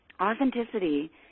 Authenticity